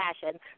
passion